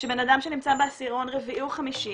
שבן אדם שנמצא בעשירון רביעי או חמישי